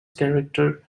character